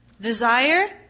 Desire